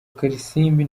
kalisimbi